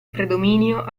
predominio